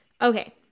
okay